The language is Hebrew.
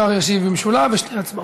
השר ישיב במשולב על שתי ההצעות.